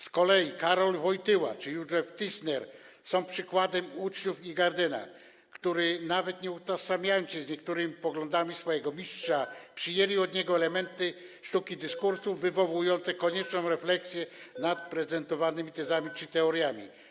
Z kolei Karol Wojtyła czy Józef Tischner są przykładami uczniów Ingardena, którzy nawet nie utożsamiając się z niektórymi poglądami swojego mistrza, przejęli od niego elementy sztuki dyskursu wywołujące konieczną refleksję nad prezentowanymi tezami czy teoriami.